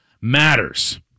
matters